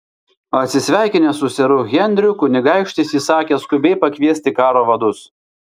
atsisveikinęs su seru henriu kunigaikštis įsakė skubiai pakviesti karo vadus